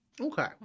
okay